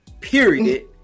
period